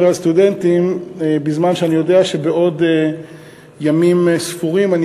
על סטודנטים בזמן שאני יודע שבעוד ימים ספורים אני